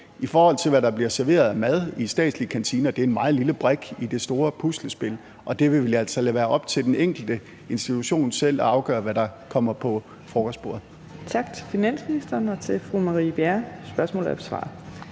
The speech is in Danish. mange måder. Hvad der bliver serveret af mad i statslige kantiner, er en meget lille brik i det store puslespil, og vi vil altså lade det være op til den enkelte institution selv at afgøre, hvad der kommer på frokostbordet. Kl. 15:09 Fjerde næstformand (Trine Torp): Tak til finansministeren og til fru Marie Bjerre. Spørgsmålet er